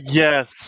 yes